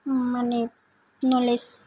माने नलेज